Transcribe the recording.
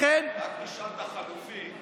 אלי, רק תשאל את החלופי,